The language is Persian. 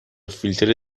فیلتر